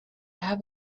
have